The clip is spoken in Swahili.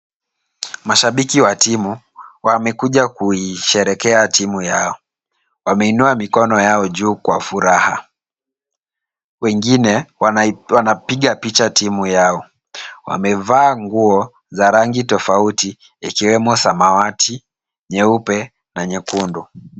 Mashabiki wa timu wamekuja kuisherehekea timu yao. Wameinua mikono yao juu kwa furaha. Wengine wanapiga picha timu yao. Wamevaa nguo za rangi tofauti ikiwemo samawati, nyeupe na nyekundu.